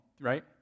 Right